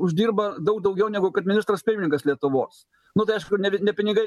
uždirba daug daugiau negu kad ministras pirmininkas lietuvos nu tai aišku ne pinigai